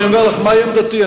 אני אומר לך מהי עמדתי.